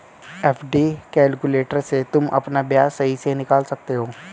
FD calculator से तुम अपना ब्याज सही से निकाल सकते हो